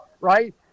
right